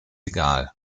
egal